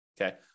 okay